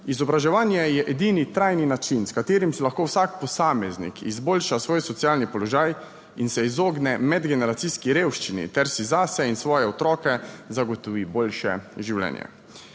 Izobraževanje je edini trajni način, s katerim si lahko vsak posameznik izboljša svoj socialni položaj in se izogne medgeneracijski revščini ter si zase in svoje otroke zagotovi boljše življenje.